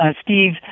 Steve